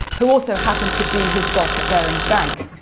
who also happened to be his boss at barings bank.